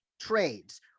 trades